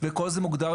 וכל זה מוגדר,